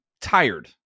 tired